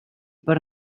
per